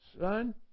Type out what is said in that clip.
Son